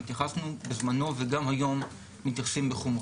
התייחסנו בזמנו וגם היום מתייחסים בחומרה.